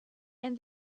and